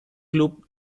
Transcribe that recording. club